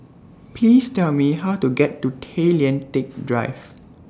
Please Tell Me How to get to Tay Lian Teck Drive